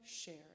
shared